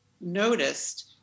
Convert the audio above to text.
noticed